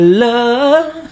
love